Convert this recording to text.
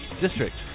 district